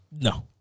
No